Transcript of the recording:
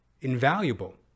Invaluable